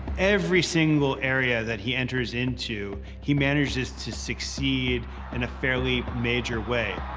every single area that he enters into, he manages to succeed in a fairly major way.